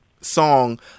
song